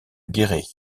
guéret